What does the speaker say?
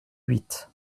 huit